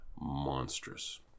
monstrous